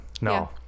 No